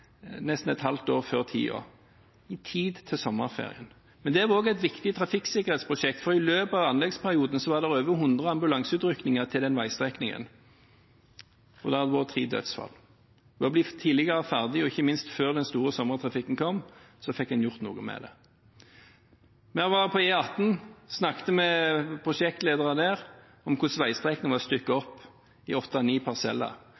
nesten et halvt år før tiden – i tide til sommerferien. Det var også et viktig trafikksikkhetsprosjekt, for i løpet av anleggsperioden var det over 100 ambulanseutrykninger til den veistrekningen, og det hadde vært tre dødsfall. Ved å bli tidligere ferdig, og ikke minst før den store sommertrafikken kom, fikk en gjort noe med det. Vi har vært på E18 og snakket med prosjektledere der om hvordan veistrekningene ble stykket opp i åtte–ni parseller,